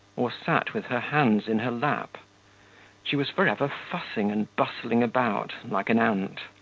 or sat with her hands in her lap she was for ever fussing and bustling about like an ant,